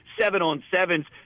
seven-on-sevens